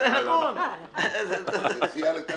נסיעה לתלמידים,